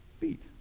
feet